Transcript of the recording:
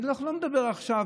אני לא מדבר עכשיו,